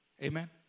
Amen